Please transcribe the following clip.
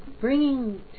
Bringing